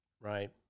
Right